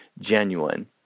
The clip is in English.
genuine